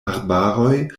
arbaroj